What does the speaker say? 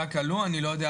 אני לא יודע